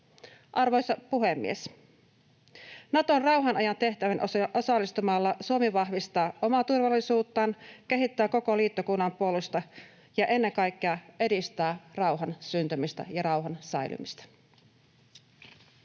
Arvoisa puhemies! Naton rauhanajan tehtäviin osallistumalla Suomi vahvistaa omaa turvallisuuttaan, kehittää koko liittokunnan puolustusta ja ennen kaikkea edistää rauhan syntymistä ja rauhan säilymistä.